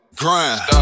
grind